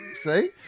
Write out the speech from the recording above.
See